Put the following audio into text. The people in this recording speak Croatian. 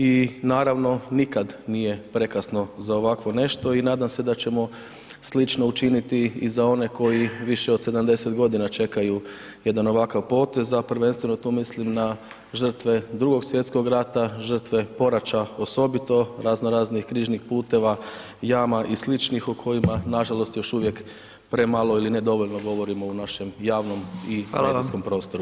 I naravno, nikada nije prekasno za ovakvo nešto i nadam se da ćemo slično učiniti i za one koji više od 70 g. čekaju jedan ovakav potez, a prvenstveno tu mislim na žrtve 2.sv. rata, žrtve Poraća osobito, razno raznih križnih puteva, jama i sličnih o kojima nažalost još uvijek premalo ili nedovoljno govorimo u našem javnom i medijskom prostoru.